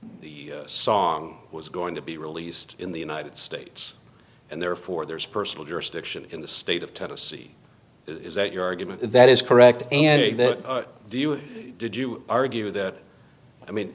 song was going to be released in the united states and therefore there's personal jurisdiction in the state of tennessee is that your argument that is correct and that the u s did you argue that i mean